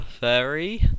Fairy